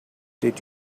did